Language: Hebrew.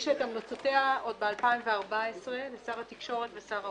שהגישה את המלצותיה עוד ב-2014 לשר התקשורת ולשר האוצר.